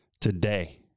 today